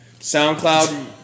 SoundCloud